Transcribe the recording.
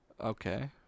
Okay